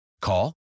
Call